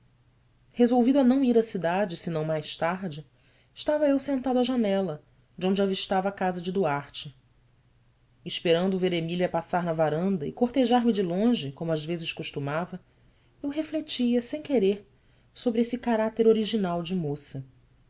resolvido a não ir à cidade senão mais tarde estava eu sentado à janela donde avistava a casa de duarte esperando ver emília passar na varanda e cortejar me de longe como às vezes costumava eu refletia sem querer sobre esse caráter original de moça